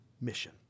mission